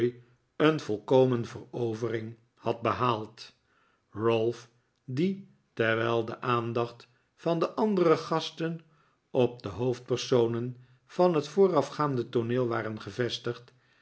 een volkomen verovering had behaald ralph die terwijl de aandacht van de andere gasten op de hoofdpersonen van het voorgaande tooneel was gevestigd